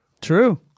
True